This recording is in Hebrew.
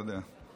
אתה יודע,